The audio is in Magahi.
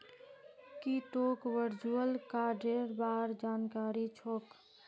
की तोक वर्चुअल कार्डेर बार जानकारी छोक